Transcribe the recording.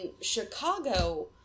Chicago